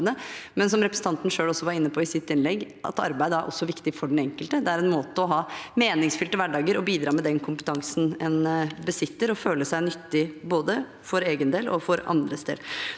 – som representanten selv også var inne på i sitt innlegg – fordi arbeid er viktig for den enkelte. Det er en måte å ha en meningsfylt hverdag på, å bidra med den kompetansen en besitter, og føle seg nyttig både for egen del og for andres del.